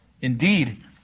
Indeed